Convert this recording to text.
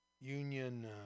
union